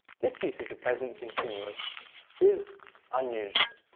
this use of the present continuous is unusual,